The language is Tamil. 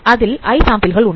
அதில் i சாம்பிள்கள் உண்டு